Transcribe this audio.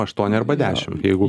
aštuoni arba dešim jeigu